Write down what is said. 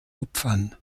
opfern